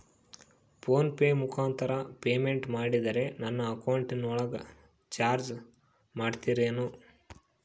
Phone pay ಮುಖಾಂತರ payment ಮಾಡಿದರೆ ನನ್ನ ಅಕೌಂಟಿನೊಳಗ ಚಾರ್ಜ್ ಮಾಡ್ತಿರೇನು?